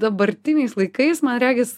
dabartiniais laikais man regis